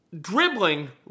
dribbling